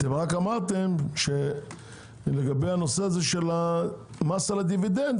רק אמרתם שלגבי הנושא של המס על הדיבידנד,